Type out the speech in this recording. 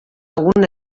una